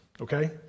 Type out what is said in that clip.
okay